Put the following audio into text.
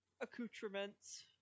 accoutrements